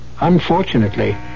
unfortunately